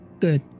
good